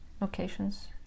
locations